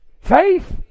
Faith